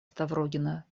ставрогина